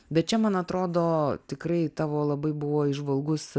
bet čia man atrodo tikrai tavo labai buvo įžvalgus